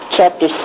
Chapter